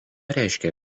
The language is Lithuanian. reiškia